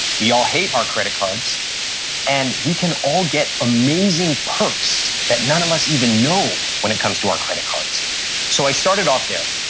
we all hate our credit cards and we can all get amazing perks that none of us even know when it comes to our credit cards so, i started off there.